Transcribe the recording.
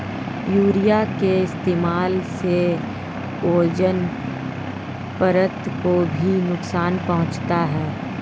urea के इस्तेमाल से ओजोन परत को भी नुकसान पहुंच रहा है